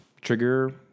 trigger